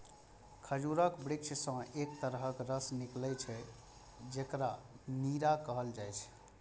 खजूरक वृक्ष सं एक तरहक रस निकलै छै, जेकरा नीरा कहल जाइ छै